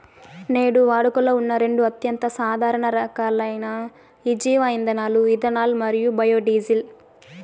నేడు వాడుకలో ఉన్న రెండు అత్యంత సాధారణ రకాలైన జీవ ఇంధనాలు ఇథనాల్ మరియు బయోడీజిల్